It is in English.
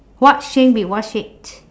what shade wait what shade